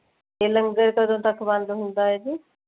ਅਤੇ ਲੰਗਰ ਕਦੋਂ ਤੱਕ ਬੰਦ ਹੁੰਦਾ ਹੈ ਜੀ